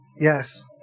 Yes